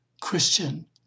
Christian